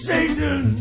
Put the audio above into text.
Satan